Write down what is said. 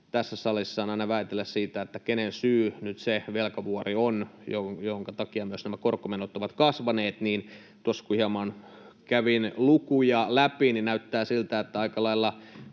tässä salissa on aina väitellä siitä, kenen syy nyt on se velkavuori, jonka takia myös nämä korkomenot ovat kasvaneet. Tuossa kun hieman kävin lukuja läpi, niin näyttää siltä, että aika lailla